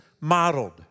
modeled